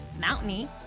mountainy